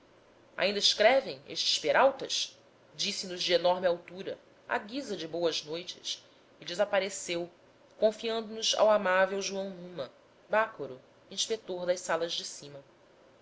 ainda escrevem estes peraltas disse-nos de enorme altura à guisa de boas noites e desapareceu confiando nos ao amável joão numa bácoro inspetor das salas de cima